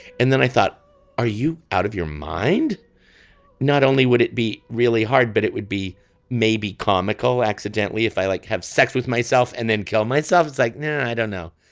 and then i thought are you out of your mind not only would it be really hard but it would be maybe comical accidentally if i like have sex with myself and then kill myself. it's like now i don't know.